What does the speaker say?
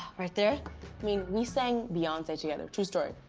right there? i mean we sang beyonce together. true story.